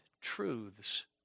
truths